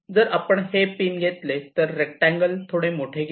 जर आपण हे पिन घेतले तर रेक्टांगल थोडे मोठा घ्या